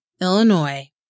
Illinois